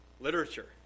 literature